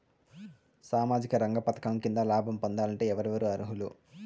సామాజిక రంగ పథకం కింద లాభం పొందాలంటే ఎవరెవరు అర్హులు?